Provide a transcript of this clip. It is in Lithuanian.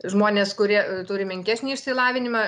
žmonės kurie turi menkesnį išsilavinimą